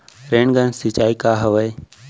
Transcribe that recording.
Rain gun सिंचाई का हवय?